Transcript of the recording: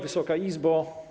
Wysoka Izbo!